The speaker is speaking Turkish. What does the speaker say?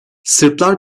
sırplar